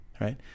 right